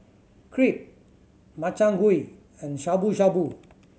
Crepe Makchang Gui and Shabu Shabu